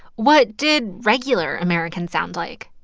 what did regular americans sound like?